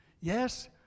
Yes